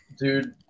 Dude